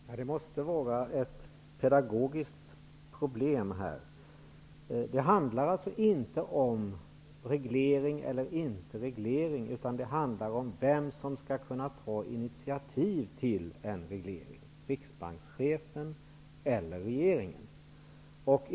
Herr talman! Det måste finnas ett pedagogiskt problem här. Det handlar inte om reglering eller inte reglering, utan det handlar om vem som skall kunna ta initiativ till en reglering -- Riksbankschefen eller regeringen.